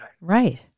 Right